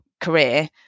career